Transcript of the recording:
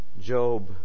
Job